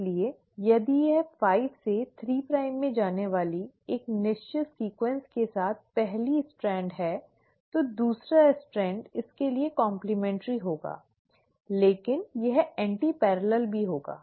इसलिए यदि यह 5 से 3 प्राइम में जाने वाली एक निश्चित अनुक्रम के साथ पहली स्ट्रैंड है तो दूसरा स्ट्रैंड इसके लिए कॉम्प्लिमे᠎̮न्ट्रि होगा लेकिन यह एंटीपैरल भी होगा